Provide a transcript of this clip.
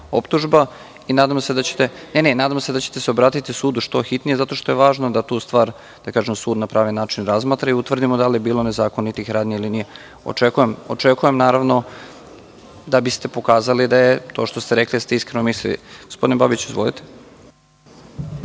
Nadamo se da ćete se obratiti sudu što hitnije, zato što je važno da tu stvar sud na pravi način razmatra i utvrdimo da li je bilo nezakonitih radnji ili nije, da biste pokazali da to što ste rekli ste iskreno mislili. Gospodine Babiću, izvolite.